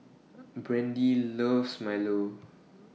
Brandie loves Milo